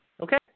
Okay